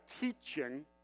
teaching